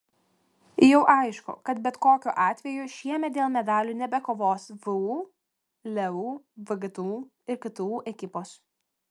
jau aišku kad bet kokiu atveju šiemet dėl medalių nebekovos vu leu vgtu ir ktu ekipos